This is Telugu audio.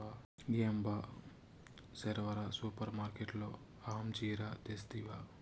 ఏం బా సెరవన సూపర్మార్కట్లో అంజీరా తెస్తివా